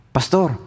Pastor